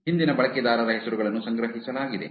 ಹಿಂದಿನ ಬಳಕೆದಾರರ ಹೆಸರುಗಳನ್ನು ಸಂಗ್ರಹಿಸಲಾಗಿದೆ